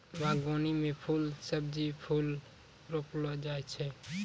बागवानी मे फल, सब्जी, फूल रौपलो जाय छै